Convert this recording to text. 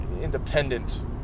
independent